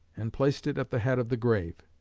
and placed it at the head of the grave.